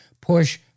push